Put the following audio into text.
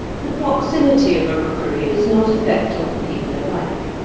the proximity of a rookery does not affect all people alike.